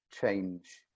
change